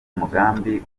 umugambi